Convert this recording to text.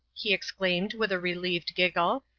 he exclaimed with a relieved giggle.